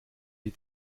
die